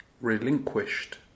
relinquished